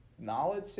knowledge